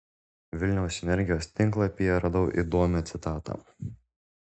vilniaus energijos tinklapyje radau įdomią citatą